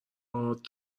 هات